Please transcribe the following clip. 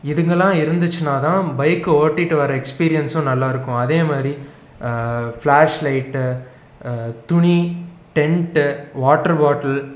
இதுங்கலாம் இருந்துச்சுனா தான் பைக்கை ஓடிகிட்டு வர எக்ஸ்பீரியன்ஸும் நல்லாருக்கும் அதே மாதிரி ஃபிளாஸ்லைட்டு துணி டெண்ட்டு வாட்டர் பாட்டில்